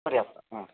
पर्याप्तं हा